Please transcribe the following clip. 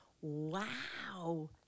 Wow